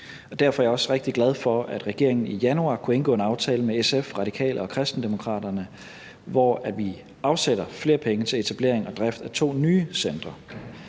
derfor er jeg også rigtig glad for, at regeringen i januar kunne indgå en aftale med SF, Radikale og Kristendemokraterne, hvor vi afsætter flere penge til etablering og drift af to nye centre.